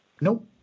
Nope